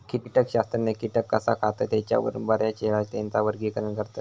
कीटकशास्त्रज्ञ कीटक कसा खातत ह्येच्यावरून बऱ्याचयेळा त्येंचा वर्गीकरण करतत